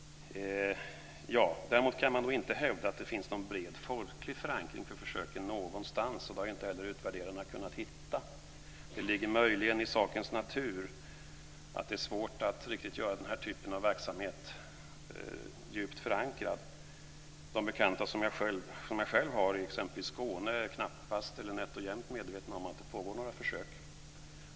Däremot kan man inte hävda att det finns någon bred folklig förankring för försöken någonstans, och det har inte heller utvärderarna kunnat hitta. Det ligger möjligen i sakens natur att det är svårt att göra den här typen av verksamhet djupt förankrad. De bekanta jag själv har i exempelvis Skåne är knappast eller nätt och jämnt medvetna om att det pågår några försök.